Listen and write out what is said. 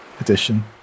edition